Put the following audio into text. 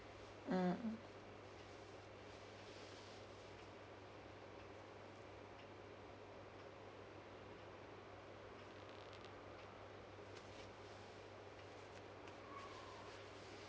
mm